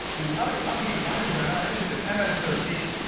these unaccompanied minors are not innocent, ms thirteen.